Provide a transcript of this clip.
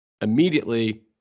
Immediately